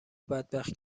بدبخت